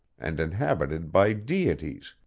and inhabited by deities,